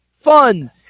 fun